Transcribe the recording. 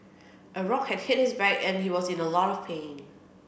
a rock had hit his back and he was in a lot of pain